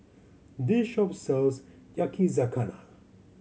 this shop sells Yakizakana